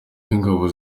y’ingabo